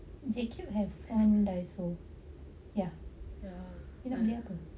jcube have one daiso ya